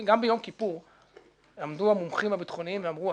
גם ביום כיפור עמדו המומחים הביטחוניים ואמרו,